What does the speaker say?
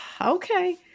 okay